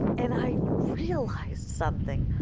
and i realized something!